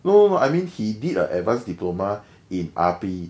no no no I mean he did a advanced diploma in R_P